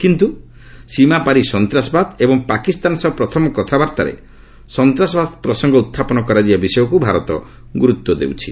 କିନ୍ତୁ ସୀମାପାରି ସନ୍ତାସବାଦ ଏବଂ ପାକିସ୍ତାନ ସହ ପ୍ରଥମ କଥାବାର୍ତ୍ତାରେ ସନ୍ତାସବାଦ ପ୍ରସଙ୍ଗ ଉତ୍ଥାପନ କରାଯିବା ବିଷୟକୁ ଭାରତ ଗୁରୁତ୍ୱ ଦେଉଛି